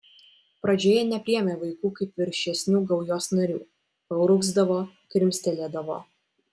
pradžioje nepriėmė vaikų kaip viršesnių gaujos narių paurgzdavo krimstelėdavo